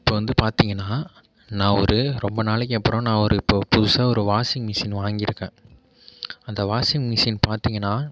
இப்போ வந்து பார்த்திங்கன்னா நான் ஒரு ரொம்ப நாளைக்கு அப்புறம் நான் ஒரு இப்போது புதுசாக ஒரு வாஷிங் மிஷின் வாங்கியிருக்கேன் அந்த வாஷிங் மிஷின் பார்த்தீங்கன்னா